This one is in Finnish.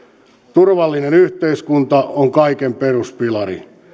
turvallinen yhteiskunta on kaiken peruspilari